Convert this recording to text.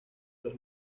los